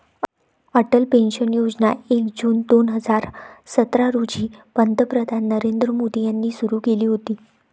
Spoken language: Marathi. अटल पेन्शन योजना एक जून दोन हजार सतरा रोजी पंतप्रधान नरेंद्र मोदी यांनी सुरू केली होती